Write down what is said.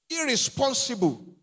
Irresponsible